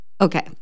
Okay